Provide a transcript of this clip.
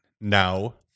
now